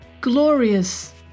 glorious